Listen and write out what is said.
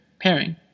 pairing